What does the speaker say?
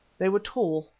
they were tall,